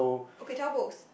okay tell you both